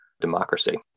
democracy